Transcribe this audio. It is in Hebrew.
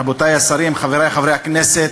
רבותי השרים, חברי חברי הכנסת,